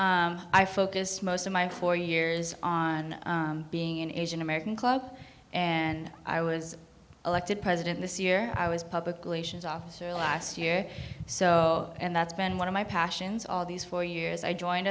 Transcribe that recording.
i focused most of my four years on being an asian american club and i was elected president this year i was publicly sions officer last year so and that's been one of my passions all these four years i joined